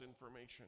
information